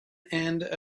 end